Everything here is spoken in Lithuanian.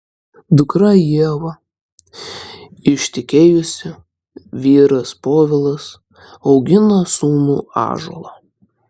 dukra ieva ištekėjusi vyras povilas augina sūnų ąžuolą